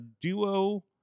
duo